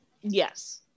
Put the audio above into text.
Yes